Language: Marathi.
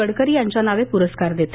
गडकरी यांच्या नावे पुरस्कार देते